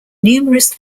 numerous